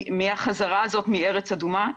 מהחזרה הזאת מארץ אדומה,